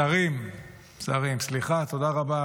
שרים, שרים.